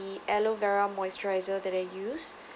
the aloe vera moisturiser that I used